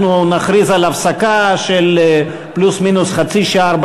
אנחנו נכריז על הפסקה של פלוס-מינוס חצי שעה,